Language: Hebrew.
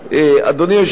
אדוני היושב-ראש,